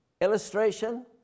illustration